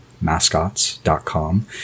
mascots.com